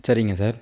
சரிங்க சார்